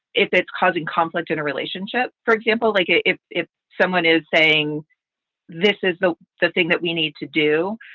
if it's causing conflict in a relationship, for example, like ah if if someone is saying this is the the thing that we need to do,